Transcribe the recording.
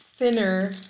thinner